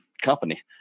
company